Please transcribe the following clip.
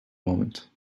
moment